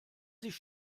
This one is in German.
sich